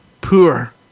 poor